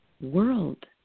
world